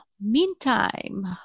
meantime